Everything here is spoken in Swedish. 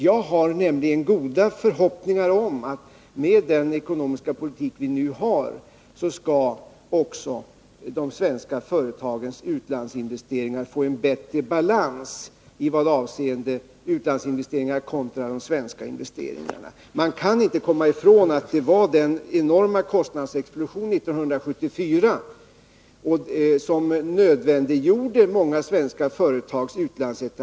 Jag har nämligen goda förhoppningar om att med den ekonomiska politik som vi nu för också de svenska företagens utlandsinvesteringar skall få en bättre balans i förhållande till de svenska investeringarna. Man kan inte komma ifrån att det var den enorma kostnadsexplosionen 1974 som nödvändiggjorde många svenska företags utlandsetableringar.